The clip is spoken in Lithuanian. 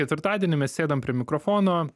ketvirtadienį mes sėdam prie mikrofono